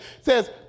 says